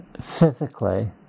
physically